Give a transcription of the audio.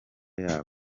yabo